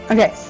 Okay